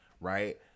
right